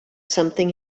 something